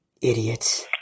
Idiots